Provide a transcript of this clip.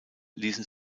ließen